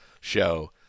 show